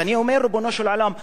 אז אני אומר: ריבונו של עולם,